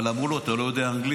אבל אמרו לו: אתה לא יודע אנגלית,